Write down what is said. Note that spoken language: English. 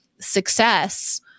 success